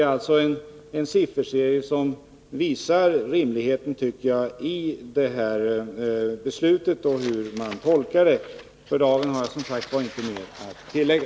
Jag tycker att en sådan sifferserie visar rimligheten i det av riksskatteverket fattade beslutet och hur detta skall tolkas. För dagen har jag alltså inget mer att tillägga.